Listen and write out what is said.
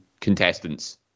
contestants